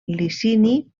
licini